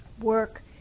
work